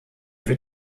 wird